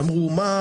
שאמרו: מה,